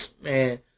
Man